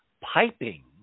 piping